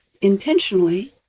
intentionally